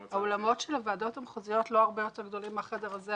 האולמות של הוועדות המחוזיות לא הרבה יותר גדולים מהחדר הזה.